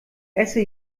esse